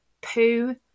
poo